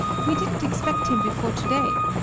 we didn't expect him before to-day.